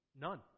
None